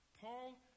Paul